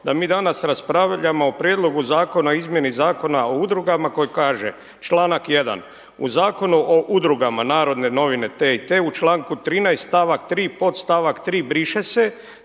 da mi danas raspravljamo o Prijedlogu zakona o izmjeni Zakona o udrugama koji kaže članak 1. u Zakonu o udrugama NN te i te u članku 13. stavak 3. podstavak 3. briše se,